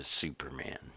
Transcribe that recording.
Superman